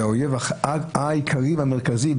זה האויב העיקרי והמרכזי.